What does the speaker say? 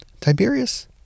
Tiberius